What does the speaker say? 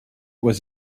was